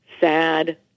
sad